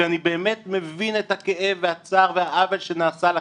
שאני באמת מבין את הכאב והצער והעוול שנעשה לכם,